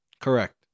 Correct